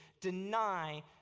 deny